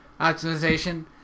optimization